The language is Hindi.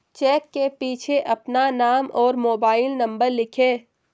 चेक के पीछे अपना नाम और मोबाइल नंबर लिखें